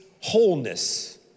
wholeness